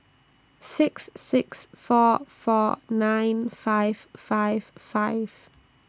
six six four four nine five five five